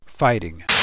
fighting